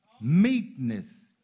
meekness